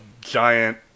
giant